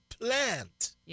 plant